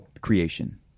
Creation